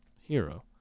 hero